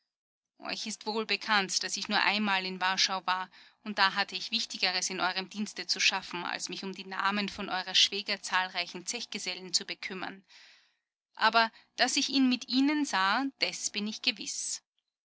euch ist wohlbekannt daß ich nur einmal in warschau war und da hatte ich wichtigeres in eurem dienste zu schaffen als mich um die namen von eurer schwäger zahlreichen zechgesellen zu bekümmern aber daß ich ihn mit ihnen sah des bin ich gewiß